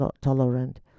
tolerant